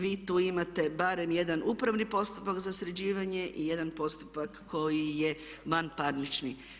Vi tu imate barem jedan upravni postupak za sređivanje i jedan postupak koji je vanparnični.